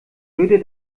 würde